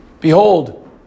Behold